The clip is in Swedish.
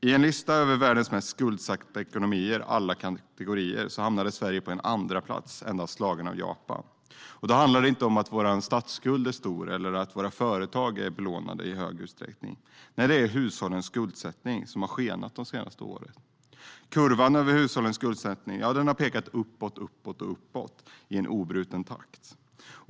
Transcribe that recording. I en lista över världens mest skuldsatta ekonomier i alla kategorier hamnade Sverige på andra plats, endast slaget av Japan. Då handlar det inte om att vår statsskuld är stor eller att våra företag är belånade i stor utsträckning. Nej, det är hushållens skuldsättning som har skenat de senaste åren. Kurvan över hushållens skuldsättning har pekat uppåt i en obruten takt.